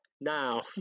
Now